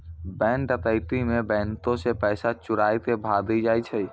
bank डकैती मे बैंको से पैसा चोराय के भागी जाय छै